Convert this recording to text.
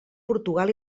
portugal